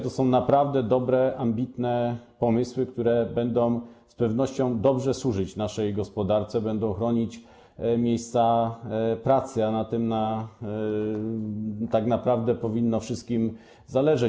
To są naprawdę dobre, ambitne pomysły, które będą z pewnością dobrze służyć naszej gospodarce, będą chronić miejsca pracy, a na tym tak naprawdę powinno wszystkim zależeć.